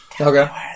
okay